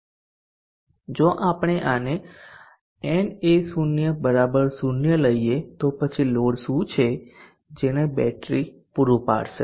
તેથી જો આપણે આ ને na0 0 લઈએ તો પછી લોડ શું છે જેને બેટરી પૂરું પાડશે